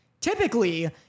typically